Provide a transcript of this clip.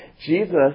Jesus